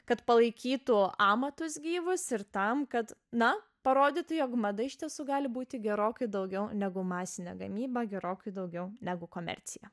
kad palaikytų amatus gyvus ir tam kad na parodytų jog mada iš tiesų gali būti gerokai daugiau negu masinė gamyba gerokai daugiau negu komercija